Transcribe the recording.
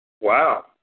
Wow